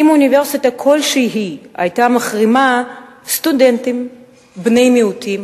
אם אוניברסיטה כלשהי היתה מחרימה סטודנטים בני-מיעוטים